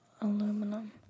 Aluminum